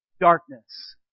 darkness